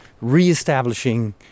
re-establishing